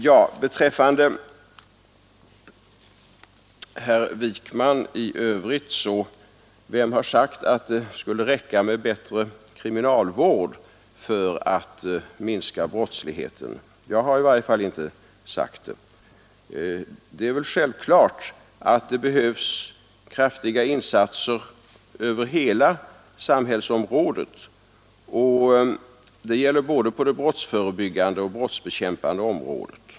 Vem har sagt, herr Wijkman, att det skulle räcka med bättre kriminalvård för att minska brottsligheten? Jag har i varje fall inte sagt det. Det är självklart att det behövs kraftiga insatser över hela samhällsområdet, och det gäller både på det brottsförebyggande och på det brottsbekämpande området.